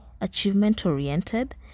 achievement-oriented